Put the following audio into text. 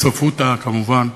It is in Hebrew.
בסוף הוא טעה, כמובן,